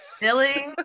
billy